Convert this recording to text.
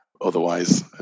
otherwise